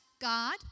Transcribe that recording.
God